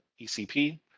ecp